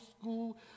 school